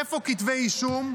איפה כתבי אישום?